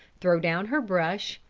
throw down her brush,